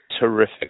terrific